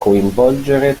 coinvolgere